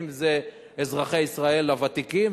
הן אם אלה אזרחי ישראל הוותיקים,